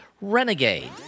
Renegade